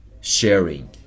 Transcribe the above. sharing